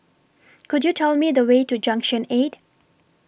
Could YOU Tell Me The Way to Junction eight